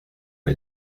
que